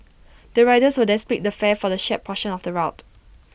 the riders will then split the fare for the shared portion of the route